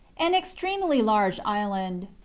an extremely large island,